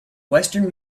western